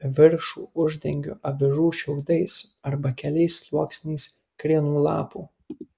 viršų uždengiu avižų šiaudais arba keliais sluoksniais krienų lapų